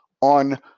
on